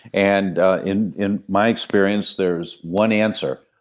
and ah in in my experience, there's one answer,